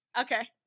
Okay